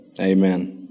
Amen